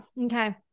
Okay